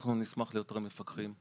אנחנו נשמח ליותר מפקחים,